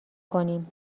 کنیم